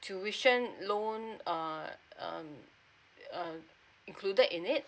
tuition loan uh um um included in it